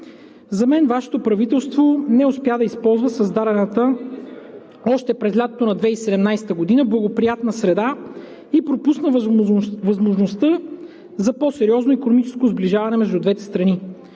за мен Вашето правителство не успя да използва създадената още през лятото на 2017 г. благоприятна среда и пропусна възможността за по-сериозно икономическо сближаване между двете страни.